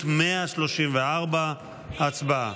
הסתייגות 134. הצבעה.